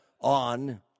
on